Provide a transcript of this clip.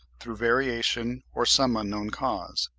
through variation or some unknown cause.